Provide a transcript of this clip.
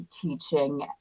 teaching